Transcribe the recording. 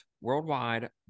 worldwide